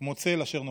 כמו צל אשר נופל".